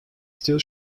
still